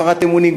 הפרת אמונים,